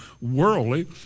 worldly